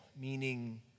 Meaning